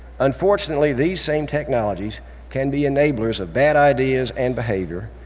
unfortunately these same technologies can be enablers of bad ideas and behavior,